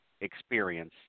experience